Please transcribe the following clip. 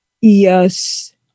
Yes